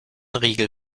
riegel